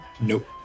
Nope